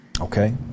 Okay